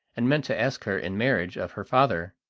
and meant to ask her in marriage of her father.